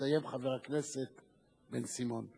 יסיים חבר הכנסת בן-סימון.